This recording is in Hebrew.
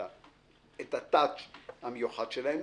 את הטאץ' המיוחד שלהם,